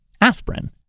aspirin